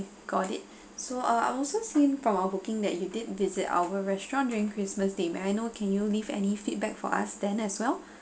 got it so uh I also seen from our booking that you did visit our restaurant during christmas day may I know can you leave any feedback for us then as well